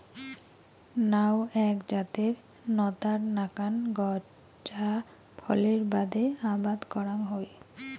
নাউ এ্যাক জাতের নতার নাকান গছ যা ফলের বাদে আবাদ করাং হই